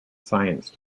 science